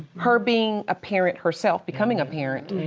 her being a parent herself, becoming a parent.